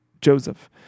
Joseph